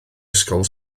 ysgol